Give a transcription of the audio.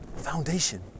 foundation